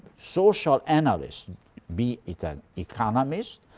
social analysts be it an economist,